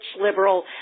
liberal